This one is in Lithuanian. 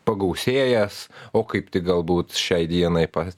pagausėjęs o kaip tik galbūt šiai dienai pa